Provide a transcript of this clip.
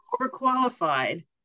Overqualified